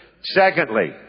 secondly